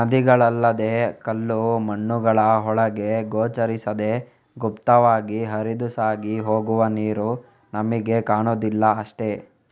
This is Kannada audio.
ನದಿಗಳಲ್ಲದೇ ಕಲ್ಲು ಮಣ್ಣುಗಳ ಒಳಗೆ ಗೋಚರಿಸದೇ ಗುಪ್ತವಾಗಿ ಹರಿದು ಸಾಗಿ ಹೋಗುವ ನೀರು ನಮಿಗೆ ಕಾಣುದಿಲ್ಲ ಅಷ್ಟೇ